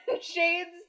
shades